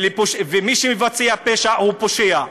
ומי שמבצע פשע הוא פושע.